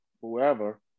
whoever